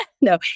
No